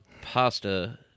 pasta